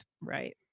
right